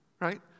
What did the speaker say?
right